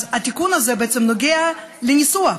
אז התיקון הזה בעצם נוגע לניסוח,